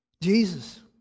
Jesus